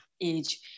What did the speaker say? age